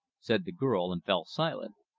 said the girl, and fell silent.